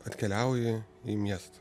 atkeliauji į miestą